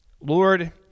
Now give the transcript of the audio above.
Lord